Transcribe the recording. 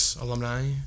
alumni